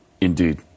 Indeed